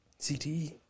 CTE